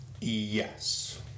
Yes